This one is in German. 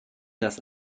das